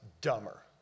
dumber